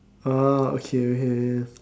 orh okay okay